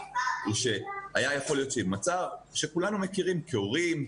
הוא שהיה יכול להיות מצב שכולנו מכירים כהורים,